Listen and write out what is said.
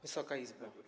Wysoka Izbo!